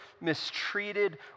mistreated